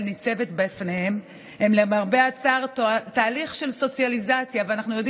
ניצבת בפניהם הם למרבה הצער תהליך של סוציאליזציה,